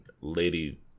Lady